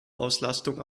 auslastung